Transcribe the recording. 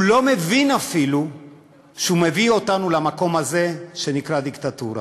הוא לא מבין אפילו שהוא מביא אותנו למקום הזה שנקרא דיקטטורה.